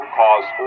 cause